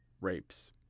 rapes